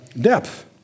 depth